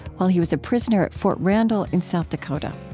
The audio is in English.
while he was a prisoner at fort randall in south dakota.